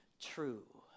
true